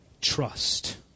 trust